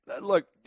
Look